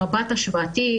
במבט השוואתי.